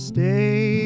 Stay